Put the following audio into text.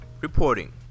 reporting